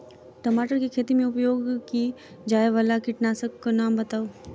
टमाटर केँ खेती मे उपयोग की जायवला कीटनासक कऽ नाम बताऊ?